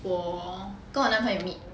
我跟我男朋友 meet